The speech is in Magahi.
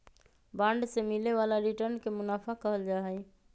बांड से मिले वाला रिटर्न के मुनाफा कहल जाहई